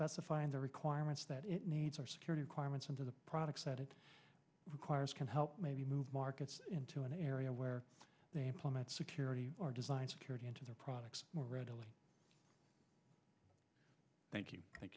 the requirements that it needs or security requirements into the products that it requires can help maybe move markets into an area where they implement security or design security into their products more readily thank you thank